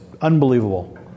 unbelievable